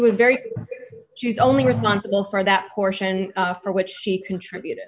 was very she's only responsible for that portion after which she contributed